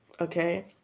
okay